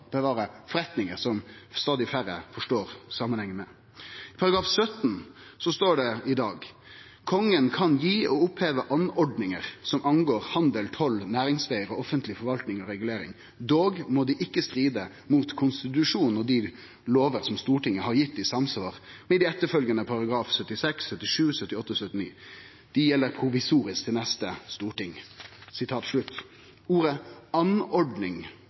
som stadig færre forstår samanhengen med. I dagens § 17 står det: «Kongen kan gi og oppheve anordninger som angår handel, toll, næringsveier og offentlig forvaltning og regulering; dog må de ikke stride mot konstitusjonen og de lover som Stortinget har gitt i samsvar med de etterfølgende §§ 76, 77, 78 og 79. De gjelder provisorisk til neste Storting.» Ordet «anordning» kan ein jo sitje og tenkje litt på. Dette ordet